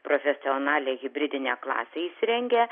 profesionalią hibridinę klasę įsirengę